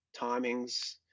timings